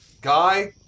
guy